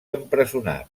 empresonat